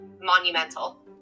monumental